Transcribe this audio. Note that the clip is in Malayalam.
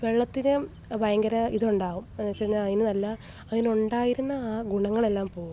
വെള്ളത്തിനു ഭയങ്കര ഇതുണ്ടാകും എന്നുവെച്ചുകഴിഞ്ഞാൽ അതിനു നല്ല അതിനുണ്ടായിരുന്ന ആ ഗുണങ്ങളെല്ലാം പോകും